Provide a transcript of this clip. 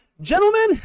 gentlemen